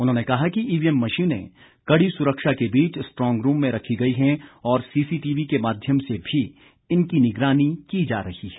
उन्होंने कहा कि ईवीएम मशीनें कड़ी सुरक्षा के बीच स्ट्रॉन्ग रूम में रखी गई हैं और सीसीटीवी के माध्यम से भी इनकी निगरानी की जा रही है